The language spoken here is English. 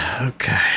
Okay